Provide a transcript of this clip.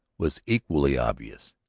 was equally obvious.